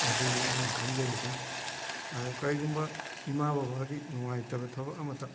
ꯑꯗꯨꯅꯤ ꯑꯩꯅ ꯈꯟꯖꯔꯤꯁꯦ ꯑꯗꯣ ꯀꯔꯤꯒꯨꯝꯕ ꯏꯃꯥ ꯕꯥꯕꯒꯤ ꯅꯨꯡꯉꯥꯏꯇꯕ ꯊꯕꯛ ꯑꯃꯠꯇ